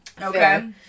okay